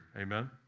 amen